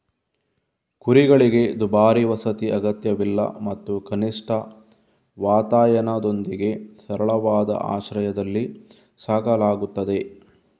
ಕುರಿಗಳಿಗೆ ದುಬಾರಿ ವಸತಿ ಅಗತ್ಯವಿಲ್ಲ ಮತ್ತು ಕನಿಷ್ಠ ವಾತಾಯನದೊಂದಿಗೆ ಸರಳವಾದ ಆಶ್ರಯದಲ್ಲಿ ಸಾಕಲಾಗುತ್ತದೆ